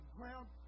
ground